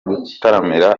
gutaramira